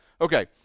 Okay